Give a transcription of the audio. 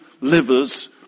livers